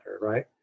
right